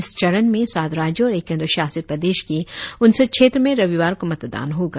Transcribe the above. इस चरण में सात राज्यों और एक केंद्र शासित प्रदेश की उनसठ क्षेत्र में रविवार को मतदान होगा